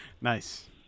Nice